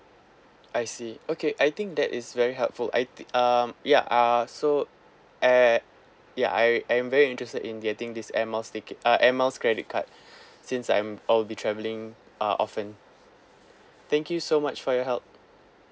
I see okay I think that is very helpful I thi~ um ya uh so and ya I I'm very interested in getting this air miles stay ca~ uh air miles credit card since I'm I'll be travelling uh often thank you so much for your help